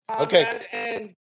okay